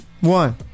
One